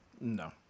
no